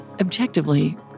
objectively